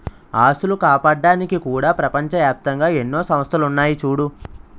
ఆస్తులు కాపాడ్డానికి కూడా ప్రపంచ ఏప్తంగా ఎన్నో సంస్థలున్నాయి చూడూ